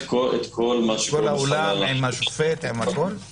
מהשופט מרזל שבכל בתי המשפט החדשים שבנו התנאים הרבה יותר טובים,